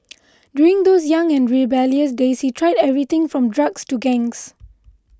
during those young and rebellious days he tried everything from drugs to gangs